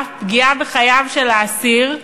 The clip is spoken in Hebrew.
ואף פגיעה בחייו של האסיר,